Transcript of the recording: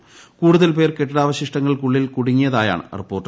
പേരെ കൂടുതൽ പേർ കെട്ടിടാവശിഷ്ടങ്ങൾക്കുള്ളിൽ കുടുങ്ങിയതായാണ് റിപ്പോർട്ട്